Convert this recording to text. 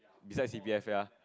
besides C_P_F ya